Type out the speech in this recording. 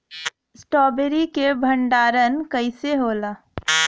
Strawberry के भंडारन कइसे होला?